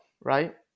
right